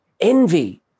envy